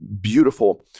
beautiful